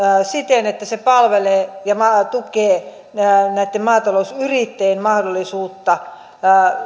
siten että se palvelee ja tukee maatalousyrittäjien mahdollisuutta